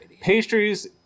pastries